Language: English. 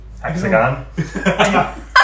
hexagon